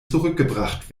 zurückgebracht